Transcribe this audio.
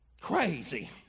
crazy